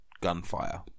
gunfire